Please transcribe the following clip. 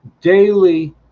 daily